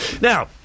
Now